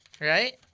right